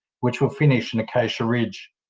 which will finish in acacia ridge.